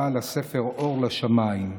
בעל הספר "אור לשמיים",